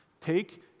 take